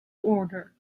order